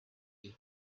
you